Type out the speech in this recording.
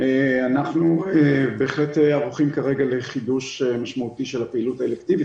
אנחנו בהחלט ערוכים כרגע לחידוש משמעותי של הפעילות האלקטיבית.